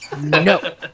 No